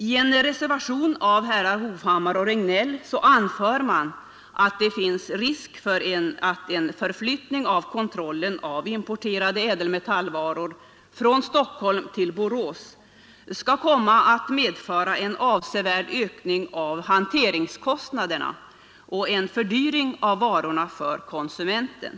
I en reservation av herrar Hovhammar och Regnéll anförs att det finns risk för att en förflyttning av kontrollen av importerade ädelmetallvaror från Stockholm till Borås skall komma att medföra en avsevärd ökning av hanteringskostnaderna och en fördyring av varorna för konsumenten.